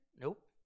Nope